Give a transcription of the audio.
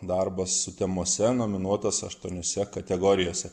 darbas sutemose nominuotas aštuoniose kategorijose